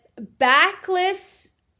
backless